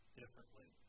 differently